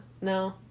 no